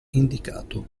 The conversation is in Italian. indicato